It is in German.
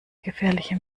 gefährliche